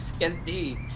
Indeed